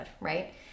right